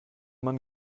man